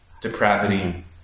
depravity